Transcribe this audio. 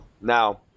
now